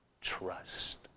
trust